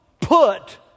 put